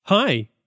Hi